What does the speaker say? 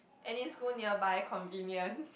any school nearby convenient